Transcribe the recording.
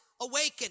awaken